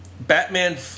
Batman